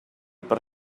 per